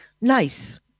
nice